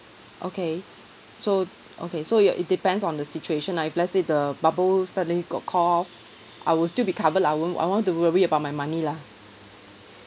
okay so okay so you it depends on the situation lah if let's say the bubble suddenly got call off I will still be covered lah I won't I won't have to worry about my money lah